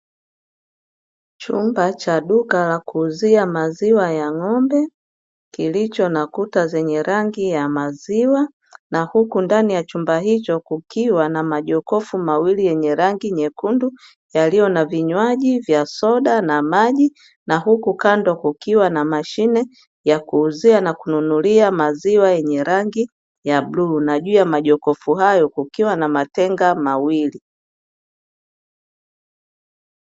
Chumba cha duka la kuuzia maziwa ya ng’ombe, kilicho na kuta zenye rangi ya maziwa; na huku ndani ya chumba hicho kukiwa na majokofu mawili yenye rangi nyekundu, yaliyo na vinywaji vya soda na maji, na huku kando kukiwa na mashine ya kuuzia na kununulia maziwa yenye rangi ya bluu, na juu ya majokofu hayo kukiwa na matenga mawili.